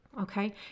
okay